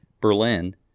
berlin